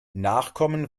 nachkommen